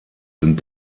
sind